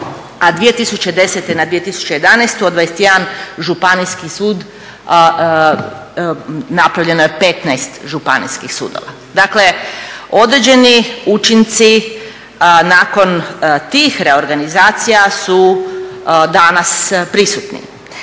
a 2010. na 2011. od 21 županijski sud napravljeno je 15 županijskih sudova. Dakle, određeni učinci nakon tih reorganizacija su danas prisutni.